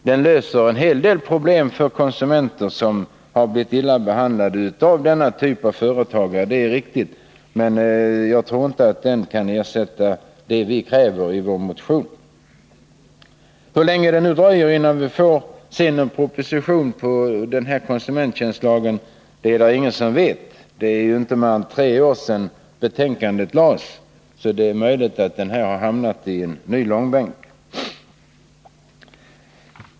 Den löser en hel del problem för konsumenter som har blivit illa behandlade av mindre nogräknade företag, det är riktigt, men jag tror inte att lagen kan ersätta det vi kräver i vår motion. Och hur länge det dröjer innan vi får se någon proposition om konsumenttjänstlagen är det ingen som vet. Det är nu tre år sedan betänkandet lades fram, och det är möjligt att det har hamnat i en ny långbänk.